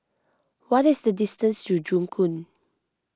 what is the distance to Joo Koon